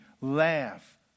Laugh